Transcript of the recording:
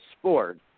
sport